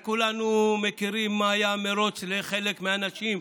כולנו יודעים מה היה המרוץ לחלק מהאנשים,